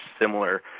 similar